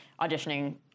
auditioning